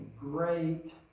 great